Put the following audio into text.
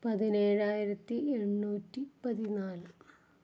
പതിനേഴായിരത്തി എണ്ണൂറ്റി പതിനാല്